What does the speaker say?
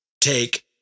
take